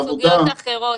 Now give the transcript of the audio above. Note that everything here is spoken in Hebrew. אלה כבר סוגיות אחרות.